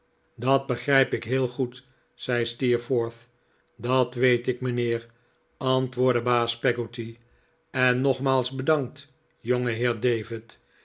dat begrijp ik heel goed zei steerforth dat weet ik mijnheer antwoordde baas peggotty en nogmaals bedankt